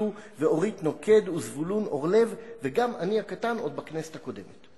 ואורית נוקד וזבולון אורלב וגם אני הקטן עוד בכנסת הקודמת.